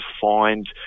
find